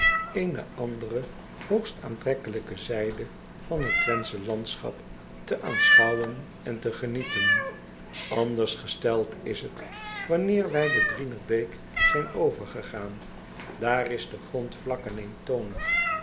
eene andere hoogst aantrekkelijke zijde van het wenthsche landschap te aanschouwen en te genieten nders gesteld is het wanneer wij de rienerbeek zijn overgegaan aar is de grond vlak en